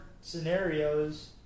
scenarios